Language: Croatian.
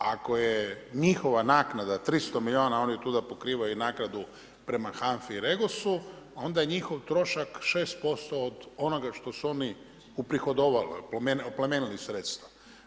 Ako je njihova naknada 300 milijuna, oni tuda pokrivaju naknadu prema HANFA-i i REGOS-u onda je njihov trošak 6% od onoga što su oni uprihodovali, oplemenila sredstva.